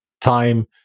time